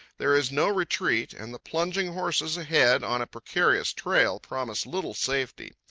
there is no retreat, and the plunging horses ahead, on a precarious trail, promise little safety.